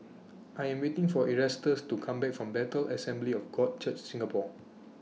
I Am waiting For Erastus to Come Back from Bethel Assembly of God Church Singapore